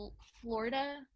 Florida